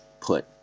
put